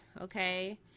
okay